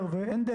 במעונות,